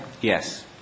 yes